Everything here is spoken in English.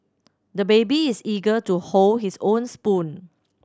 the baby is eager to hold his own spoon